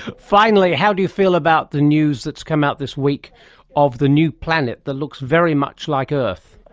finally, how do you feel about the news that's come out this week of the new planet that looks very much like earth?